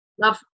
Love